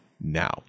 now